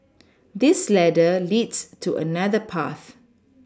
this ladder leads to another path